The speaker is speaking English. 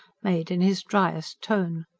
made in his driest tone.